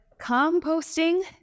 composting